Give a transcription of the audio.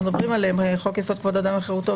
מדברים עליהם: חוק-יסוד: כבוד האדם וחירותו,